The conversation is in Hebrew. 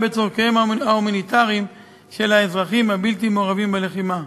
בצורכיהם ההומניטריים של האזרחים הבלתי-מעורבים בלחימה.